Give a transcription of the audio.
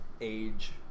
age